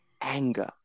anger